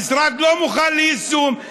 המשרד לא מוכן ליישום,